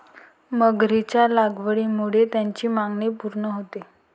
मगरीच्या लागवडीमुळे त्याची मागणी पूर्ण होते